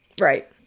Right